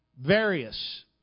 Various